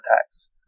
attacks